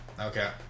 Okay